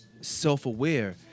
self-aware